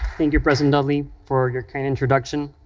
thank you, president dudley, for your kind introduction.